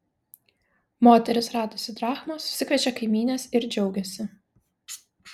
moteris radusi drachmą susikviečia kaimynes ir džiaugiasi